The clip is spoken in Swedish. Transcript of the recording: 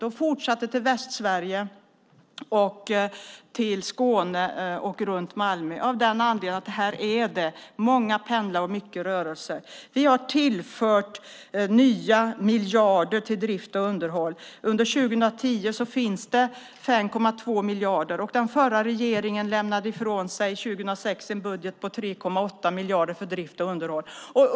Vi fortsatte sedan till Västsverige och till Skåne runt Malmö av den anledningen att det där finns många pendlare och mycket rörelser. Vi har tillfört nya miljarder till drift och underhåll. Under 2010 finns det 5,2 miljarder. Den förra regeringen lämnade 2006 ifrån sig en budget på 3,8 miljarder för drift och underhåll.